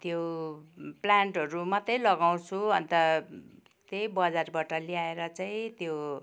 त्यो प्लान्टहरू मात्रै लगाउँछु अन्त त्यही बजारबाट ल्याएर चाहिँ त्यो